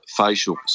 facials